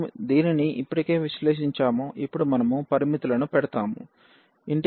మనము దీనిని ఇప్పటికే విశ్లేషించాము ఇప్పుడు మనము పరిమితులను పెడతాము